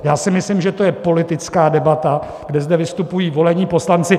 Já si myslím, že to je politická debata, kdy zde vystupují volení poslanci.